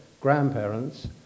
grandparents